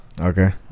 Okay